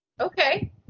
Okay